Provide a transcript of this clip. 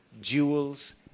jewels